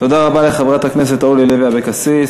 תודה רבה לחברת הכנסת אורלי לוי אבקסיס.